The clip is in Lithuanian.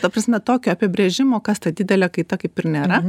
ta prasme tokio apibrėžimo kas ta didelė kaita kaip ir nėra